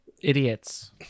idiots